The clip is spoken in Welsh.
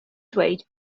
dweud